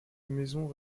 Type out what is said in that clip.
maisons